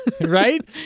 right